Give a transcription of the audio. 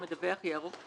אנחנו דווקא בדיוק הפוך.